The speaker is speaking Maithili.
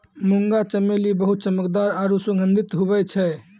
मुंगा चमेली बहुत चमकदार आरु सुगंधित हुवै छै